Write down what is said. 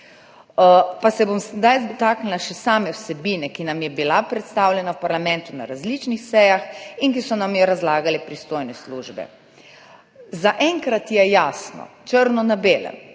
Pa se bom sedaj dotaknila še same vsebine, ki nam je bila predstavljena v parlamentu na različnih sejah in ki so nam jo razlagale pristojne službe. Zaenkrat je jasno, črno na belem,